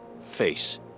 face